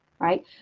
Right